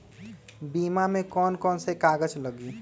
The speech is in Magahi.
बीमा में कौन कौन से कागज लगी?